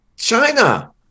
China